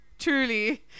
truly